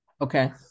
okay